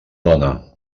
dona